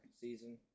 season